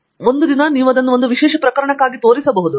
ನಿಮಗೆ ಗೊತ್ತಾ ಒಂದು ದಿನ ನೀವು ಅದನ್ನು ಒಂದು ವಿಶೇಷ ಪ್ರಕರಣಕ್ಕಾಗಿ ತೋರಿಸಬಹುದು